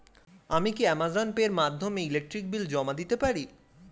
আমি কি Amazon pay এর মাধ্যমে ইলেকট্রিক বিল জমা দিতে পারি?